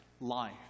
life